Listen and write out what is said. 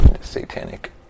satanic